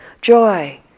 Joy